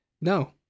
No